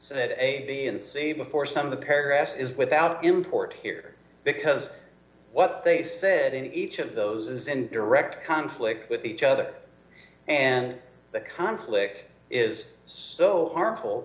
said a b and c before some of the paragraphs is without import here because what they said in each of those is in direct conflict with each other and the conflict is so harmful